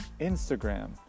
Instagram